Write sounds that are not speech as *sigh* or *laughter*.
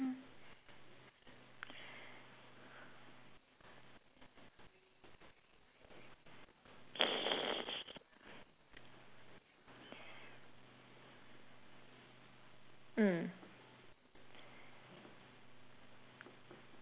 *laughs* mm